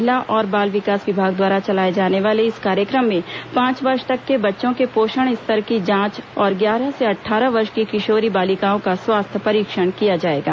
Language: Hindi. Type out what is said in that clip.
महिला और बाल विकास विभाग द्वारा चलाए जाने वाले इस कार्यक्रम में पांच वर्ष तक के बच्चों के पोषण स्तर की जांच और ग्यारह से अट्ठारह वर्ष की किशोरी बालिकाओं का स्वास्थ्य परीक्षण किया जाएगा